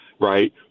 right